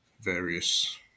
various